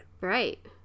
Right